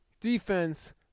defense